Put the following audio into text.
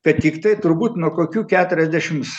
kad tiktai turbūt nuo kokių keturiasdešims